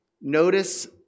Notice